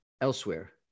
elsewhere